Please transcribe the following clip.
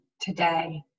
today